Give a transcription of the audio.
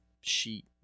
sheet